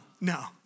no